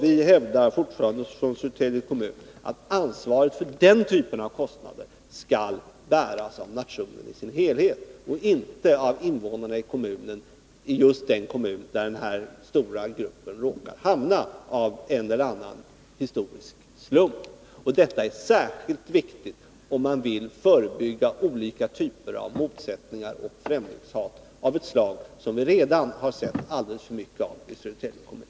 Vi hävdar fortfarande från Södertälje kommun att ansvaret för den typen av kostnader skall bäras av nationen i dess helhet och inte av invånarna i just den kommun där den stora gruppen råkar hamna av en eller annan historisk slump. Det är särskilt viktigt, om man vill förebygga motsättningar och främlingshat av ett slag som vi redan har sett alldeles för mycket av i Södertälje kommun.